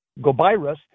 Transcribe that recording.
Gobirus